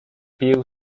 pił